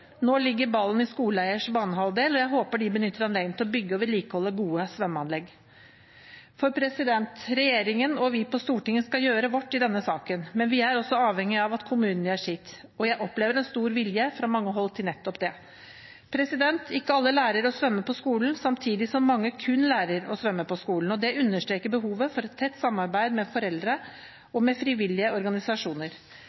Nå ligger ballen på skoleeiers banehalvdel, og jeg håper de benytter anledningen til å bygge og vedlikeholde gode svømmeanlegg. For regjeringen og vi på Stortinget skal gjøre vårt i denne saken, men vi er også avhengige av at kommunene gjør sitt. Jeg opplever en stor vilje fra mange hold til nettopp det. Ikke alle lærer å svømme på skolen, samtidig som mange lærer å svømme kun på skolen. Det understreker behovet for et tett samarbeid med foreldre og frivillige organisasjoner.